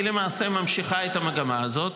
למעשה ממשיכה את המגמה הזאת,